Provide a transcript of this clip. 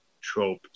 trope